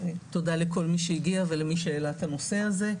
תודה לכל מי שהגיע ולמי שהעלה את הנושא הזה.